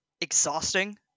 exhausting